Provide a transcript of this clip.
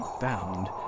bound